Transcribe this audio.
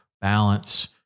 balance